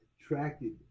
attracted